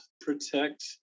protect